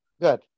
good